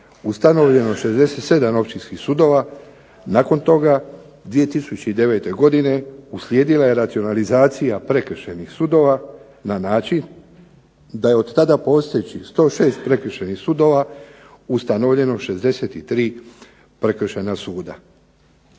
ustanovljeno 67 općinskih sudova. Nakon toga 2009. godine uslijedila je racionalizacija prekršajnih sudova na način da je od tada postojećih 106 prekršajnih sudova ustanovljeno 63 prekršajna suda.